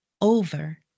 over